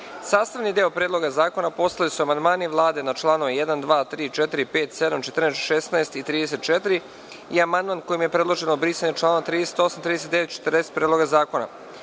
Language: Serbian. glasa. Sastavni deo Predloga zakona postali su: amandmani Vlade na čl. 1, 2, 3, 4, 5, 7, 14, 16. i 34. i amandman kojim je predloženo brisanje čl. 38, 39. i 40. Predloga zakona;